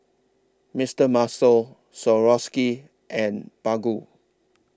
Mister Muscle Swarovski and Baggu